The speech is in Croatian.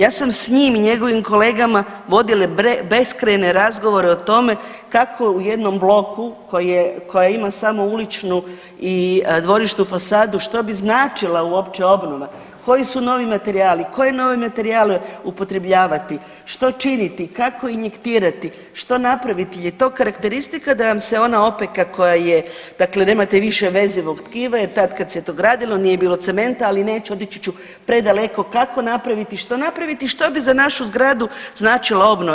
Ja sam s njim i njegovim kolegama vodila beskrajne razgovore o tome kako u jednom bloku koja ima samo uličnu i dvorišnu fasadu što bi značila uopće obnova, koji su novi materijali, koje nove materijale upotrebljavati, što činiti, kako injektirati, što napraviti je to karakteristika da vam se ona opeka koja je dakle nemate više vezivog tkiva jer tad kad se to gradilo nije bilo cementa, ali neću otići ću predaleko, kako napraviti, što napraviti, što bi za našu zgradu značila obnova?